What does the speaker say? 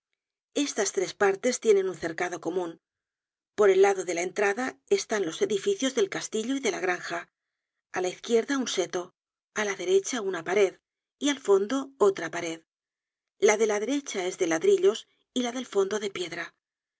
estas tres partes tienen un cercado comun por el lado de la entrada están los edificios del castillo y de la granja á la izquierda un seto á la derecha una pared y al fondo otra pared la de la derecha es de ladrillos y la del fondo de piedra